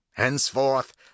Henceforth